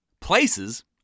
Places